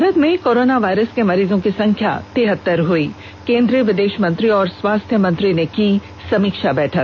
भारत में corona virus के मरीजों की संख्या तिह त्त ार हुई केन्द्रीय विदेष मंत्री और स्वास्थ्य मंत्री ने की समीक्षा बैठक